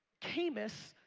caymus,